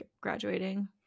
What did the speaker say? graduating